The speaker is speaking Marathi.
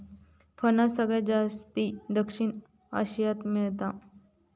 फणस सगळ्यात जास्ती दक्षिण आशियात मेळता